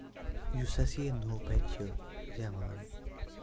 یُس اَسہِ یہِ نوٚو بچہِ چھُ زیٚوان